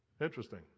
Interesting